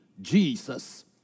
Jesus